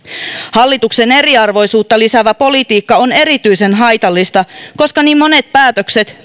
hallituksen eriarvoisuutta lisäävä politiikka on erityisen haitallista koska niin monet päätökset